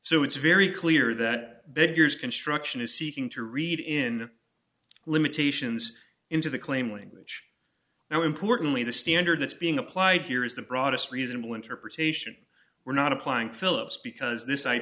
so it's very clear that bidders construction is seeking to read in limitations into the claim language now importantly the standard that's being applied here is the broadest reasonable interpretation we're not applying philips because this i